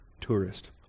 tourist